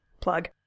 Plug